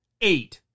eight